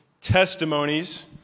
testimonies